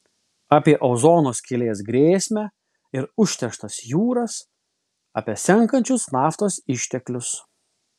apie ozono skylės grėsmę ir užterštas jūras apie senkančius naftos išteklius